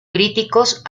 críticos